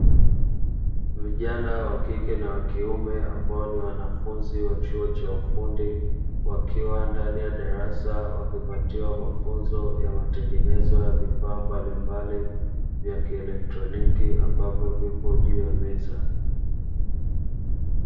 Vijana wa kike na wa kiume ambao ni wanafunzi wa chuo cha ufundi, wakiwa ndani ya darasa wakipatiwa mafunzo ya matengenezo ya vifaa mbalimbali vya kielektroniki ambavyo vipo juu ya meza.